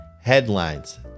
Headlines